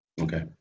Okay